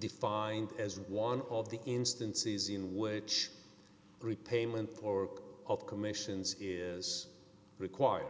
defined as one of the instances in which repayment or of commissions is required